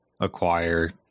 acquire